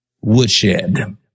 woodshed